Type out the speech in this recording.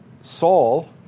Saul